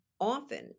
often